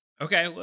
Okay